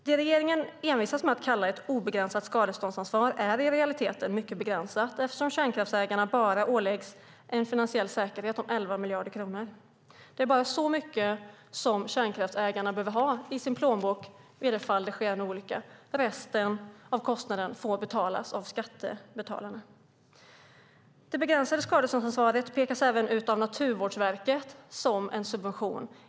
Det regeringen envisas med att kalla ett obegränsat skadeståndsansvar är i realiteten mycket begränsat, eftersom kärnkraftsägarna bara åläggs en finansiell säkerhet om 11 miljarder kronor. Det är bara så mycket som kärnkraftsägarna behöver ha i sin plånbok ifall det sker en olycka. Resten av kostnaderna får betalas av skattebetalarna. Det begränsade skadeståndsansvaret pekas ut som en subvention även av Naturvårdsverket.